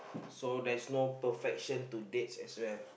so there's no perfection to dates as well